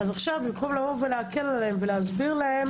עכשיו במקום להקל עליהם ולהסביר לכם